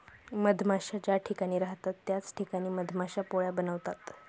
मधमाश्या ज्या ठिकाणी राहतात त्याच ठिकाणी मधमाश्या पोळ्या बनवतात